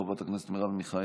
חברת הכנסת מרב מיכאלי,